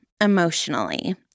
emotionally